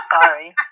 Sorry